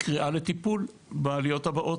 קריאה לטיפול, בעליות הבאות.